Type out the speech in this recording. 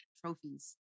trophies